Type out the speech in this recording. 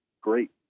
great